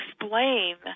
explain